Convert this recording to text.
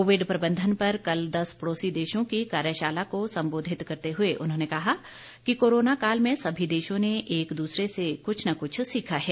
Covid प्रबंधन पर कल दस पडोसी देशों की कार्यशाला को संबोधित करते हुए उन्होंने कहा कि कोरोनाकाल में सभी देशों ने एक दूसरे से कुछ न कुछ सीखा है